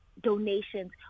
donations